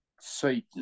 Satan